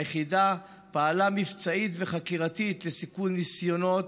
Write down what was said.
היחידה פעלה מבצעית וחקירתית לסיכול ניסיונות